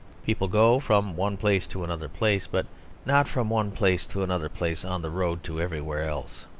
people go from one place to another place but not from one place to another place on the road to everywhere else.